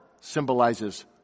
symbolizes